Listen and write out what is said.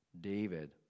David